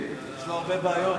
יש לו הרבה בעיות.